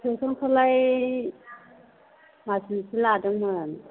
टिउसनखौलाय मास मोनसे लादोंमोन